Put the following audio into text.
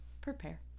prepare